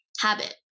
habit